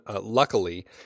Luckily